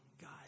God